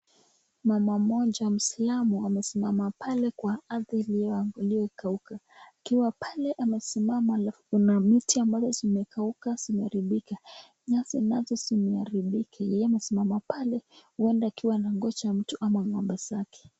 Mama mmoja mwisilamu amesimama pale kwa ardhi iliyokauka, akiwa pale amesimama halafu kuna miti ambazo zimekauka zimeharibika, nyasi nazo zimeharibika, yeye amesimama pale huenda akiwa anangoja mtu au ng'ombe zake.